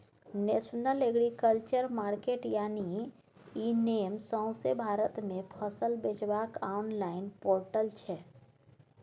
national agriculture market यानी eNAM सौंसे भारत मे फसल बेचबाक आनलॉइन पोर्टल छै